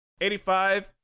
85